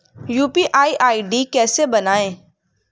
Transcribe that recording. UPI ID कैसे बनाएं?